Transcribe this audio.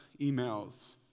emails